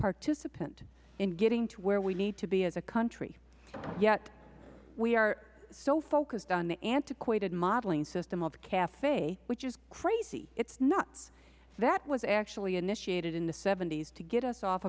participant in getting to where we need to be as a country yet we are so focused on the antiquated modeling system of cafe which is crazy it is nuts that was actually initiated in the s to get us off